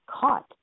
caught